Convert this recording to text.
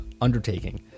undertaking